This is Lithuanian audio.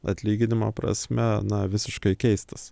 atlyginimo prasme na visiškai keistis